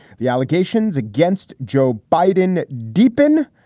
the allegations against joe biden deepen.